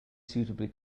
suitably